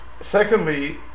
Secondly